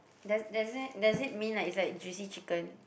does does it does it mean like it's like juicy chicken